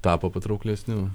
tapo patrauklesniu